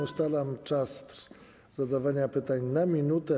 Ustalam czas zadawania pytań na 1 minutę.